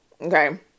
Okay